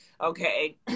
Okay